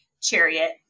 chariot